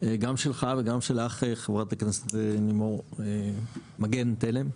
גם שלך וגם של חברת הכנסת לימור מגן תלם.